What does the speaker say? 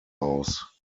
aus